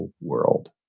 world